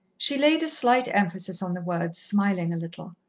she laid a slight emphasis on the words, smiling a little.